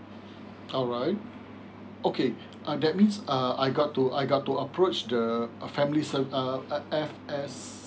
alright okay uh that means uh I got to I got to approach the uh family serv~ F_S_C